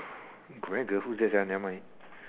Grendel who's that sia never mind